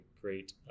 great